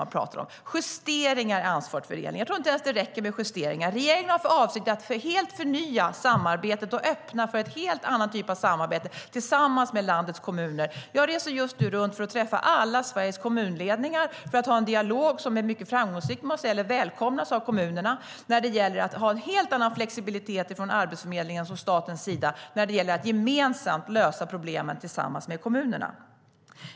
Det handlar alltså om justeringar i ansvarsfördelningen. Jag tror inte det räcker med justeringar. Regeringen har för avsikt att helt förnya samarbetet och öppna för en helt annan typ av samarbete tillsammans med landets kommuner. Jag reser just nu runt för att träffa alla Sveriges kommunledningar. Dialogen har varit framgångsrik och har välkomnats av kommunerna. Det gäller att ha en helt annan flexibilitet från Arbetsförmedlingens och statens sida för att gemensamt lösa problemen med kommunerna.